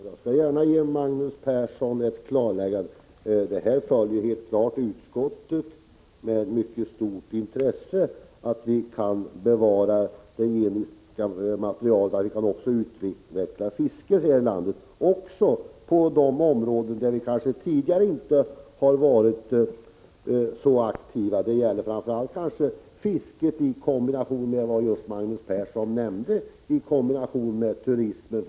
Reglering av priserna Herr talman! Jag skall gärna ge Magnus Persson ett klarläggande. på fisk m.m. Utskottet följer helt klart detta projekt med mycket stort intresse och anser att det är viktigt att vi kan bevara det genetiska materialet och även utveckla fisket häri landet, också på de områden där vi tidigare kanske inte har varit så aktiva. Det gäller kanske framför allt, som Magnus Persson nämnde, fisket i kombination med turism.